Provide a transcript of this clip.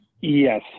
Yes